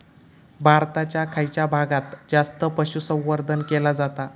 भारताच्या खयच्या भागात जास्त पशुसंवर्धन केला जाता?